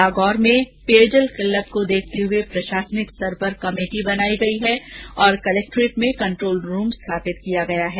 नागौर में पेयजल किल्लत को देखते हुए प्रशासनिक स्तर पर कमेटी बनाई गई है और कलेक्ट्रेट में कंट्रोल रूम स्थापित किया गया है